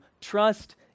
trust